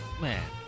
man